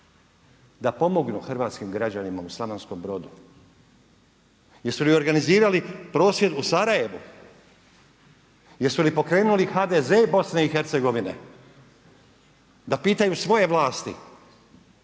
da pomognu hrvatskim građanima u Slavonskom Brodu. Jesu li organizirali prosvjed u Sarajevu? Jesu li pokrenuli HDZ Bosne i Hercegovine da pitaju svoje vlasti